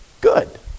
good